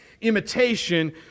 imitation